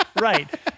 Right